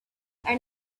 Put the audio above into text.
and